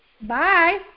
Bye